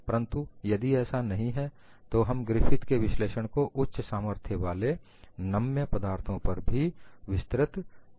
परंतु यदि ऐसा नहीं है तो हम ग्रिफिथ के विश्लेषण को उच्च सामर्थ्य वाले नम्य पदार्थों पर भी विस्तृत कर सकते हैं